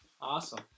Awesome